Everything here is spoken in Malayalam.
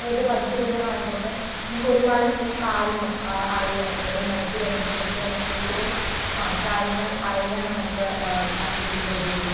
മത്സ്യബന്ധനം ആയിക്കോട്ടെ നമുക്ക് ഒരുപാട് കാര്യങ്ങൾ അറിയാൻ അല്ലെങ്കിൽ മത്സ്യബന്ധനത്തെക്കുറിച്ച് നമ്മള് കൂടുതൽ ആ കാര്യങ്ങൾ അറിയാൻ നമുക്ക് സാങ്കേതിക വിദ്യകൾ ഉപയോഗിക്കാം